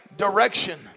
Direction